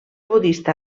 budista